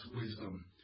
wisdom